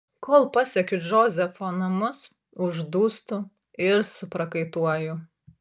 kol pasiekiu džozefo namus uždūstu ir suprakaituoju